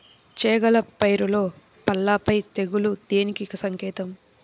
చేగల పైరులో పల్లాపై తెగులు దేనికి సంకేతం?